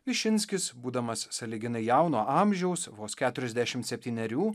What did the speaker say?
višinskis būdamas sąlyginai jauno amžiaus vos keturiasdešimt septynerių